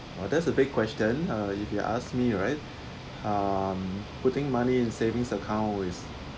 oh that's the big question uh if you ask me right um putting money in savings account is